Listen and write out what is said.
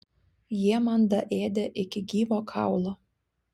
jie man daėdė iki gyvo kaulo